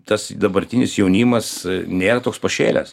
tas dabartinis jaunimas nėra toks pašėlęs